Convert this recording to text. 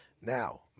Now